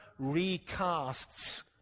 recasts